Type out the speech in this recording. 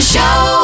Show